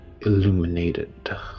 illuminated